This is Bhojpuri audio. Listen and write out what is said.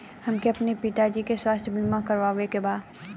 हमके अपने पिता जी के स्वास्थ्य बीमा करवावे के बा?